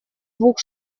двух